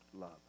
love